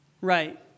right